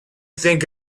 think